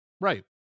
right